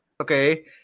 okay